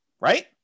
Right